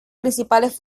principales